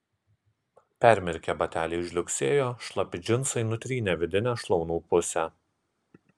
permirkę bateliai žliugsėjo šlapi džinsai nutrynė vidinę šlaunų pusę